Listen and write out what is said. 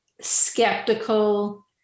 skeptical